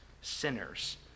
sinners